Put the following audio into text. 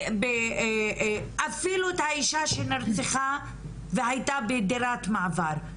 אפילו את האישה שנרצחה והייתה בדירת מעבר.